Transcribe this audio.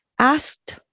asked